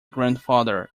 grandfather